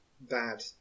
bad